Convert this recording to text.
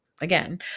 again